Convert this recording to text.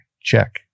Check